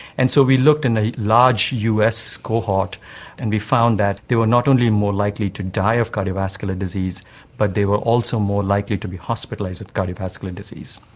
and so we looked in a large us cohort and we found that they were not only more likely to die of cardiovascular disease but they were also more likely to be hospitalised with cardiovascular disease.